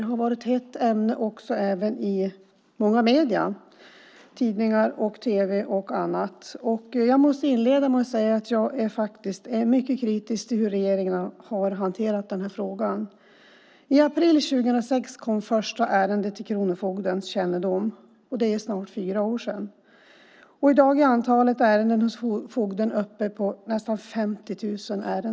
Det har varit ett hett ämne också i medierna - tidningar, tv och annat. Jag vill inleda med att säga att jag är väldigt kritisk till hur regeringen har hanterat frågan. I april 2006 kom det första ärendet till kronofogdens kännedom; det är snart fyra år sedan. I dag är antalet ärenden hos kronofogden nästan 50 000.